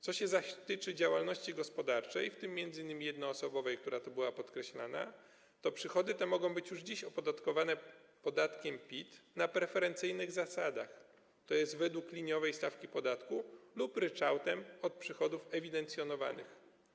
Co się zaś tyczy działalności gospodarczej, w tym m.in. jednoosobowej, która tu była podkreślana, to przychody te mogą być już dziś opodatkowane podatkiem PIT na preferencyjnych zasadach, to jest według liniowej stawki podatku lub ryczałtem od przychodów ewidencjonowanych.